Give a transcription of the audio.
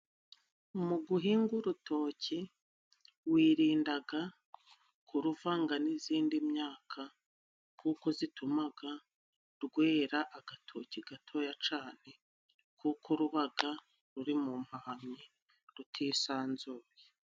Mu guhinga urutoki wirindaga kuruvanga n'izindi myaka, kuko zitumaga rwera agatoki gatoya cane kuko rubaga ruri mu mpamyi rutisanzuye.